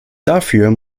dafür